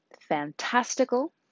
fantastical